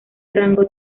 rango